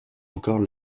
encore